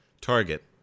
target